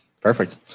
Perfect